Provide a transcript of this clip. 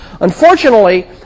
Unfortunately